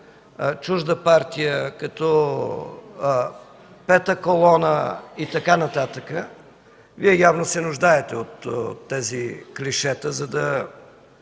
чужда партия, като пета колона и така нататък, Вие явно се нуждаете от тези клишета, за да